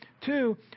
Two